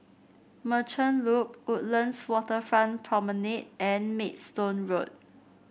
Merchant Loop Woodlands Waterfront Promenade and Maidstone Road